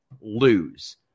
lose